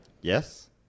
Yes